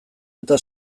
eta